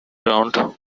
round